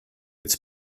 its